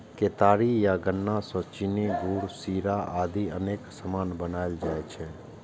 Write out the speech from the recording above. केतारी या गन्ना सं चीनी, गुड़, शीरा आदि अनेक सामान बनाएल जाइ छै